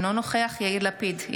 אינו נוכח יאיר לפיד,